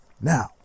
Now